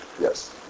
Yes